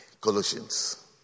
Colossians